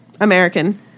American